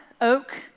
oak